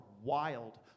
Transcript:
wild